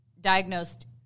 diagnosed